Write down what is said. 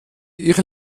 ich